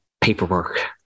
paperwork